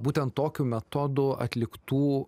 būtent tokiu metodu atliktų